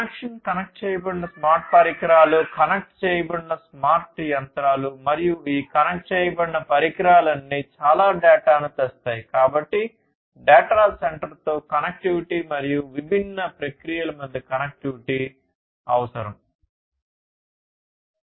connection connect చేయబడిన smart పరికరాలు connect చేయబడిన స్మార్ట్ యంత్రాలు మరియు ఈ కనెక్ట్ చేయబడిన పరికరాలన్నీ చాలా డేటాను తెస్తాయి కాబట్టి డేటా సెంటర్తో కనెక్టివిటీ మరియు విభిన్న ప్రక్రియల మధ్య కనెక్టివిటీ అవసరo